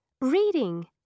Reading